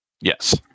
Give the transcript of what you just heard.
Yes